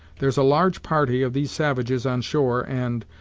there's a large party of these savages on shore and,